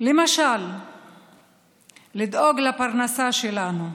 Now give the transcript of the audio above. למשל לדאוג לפרנסה שלנו,